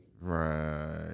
Right